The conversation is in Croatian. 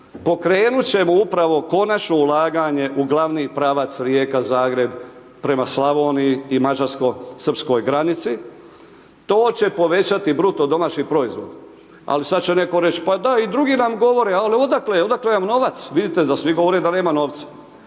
Pokrenut ćemo upravo konačno ulaganje u glavni pravac Rijeka-Zagreb prema Slavoniji i Mađarsko-Srpskoj granici. To će povećati bruto domaći proizvod, ali sada će netko reći, pa da i drugi nam govore, ali odakle, odakle nam novac, vidite da svi govore da nema novca.